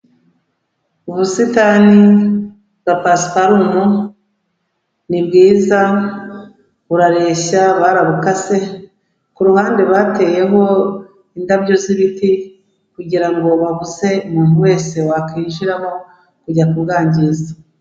Ubusitani bwa pasiparumu ni bwiza burareshya barabukase ku ruhande bateyeho indabyo z'ibiti kugira ngo babuze umuntu wese wakwijira kujya kubwangiza.